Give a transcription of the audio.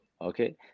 Okay